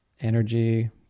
Energy